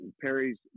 Perry's